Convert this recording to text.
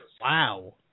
Wow